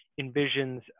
envisions